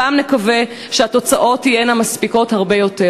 נקווה שהפעם התוצאות תהיינה מספיקות הרבה יותר.